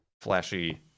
flashy